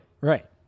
right